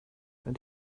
and